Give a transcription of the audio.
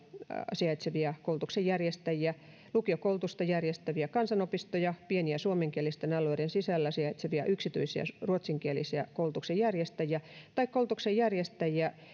sijaitsevia koulutuksenjärjestäjiä lukiokoulutusta järjestäviä kansanopistoja pieniä suomenkielisten alueiden sisällä sijaitsevia yksityisiä ruotsinkielisiä koulutuksenjärjestäjiä tai koulutuksenjärjestäjiä